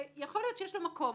שיכול להיות שיש לו מקום.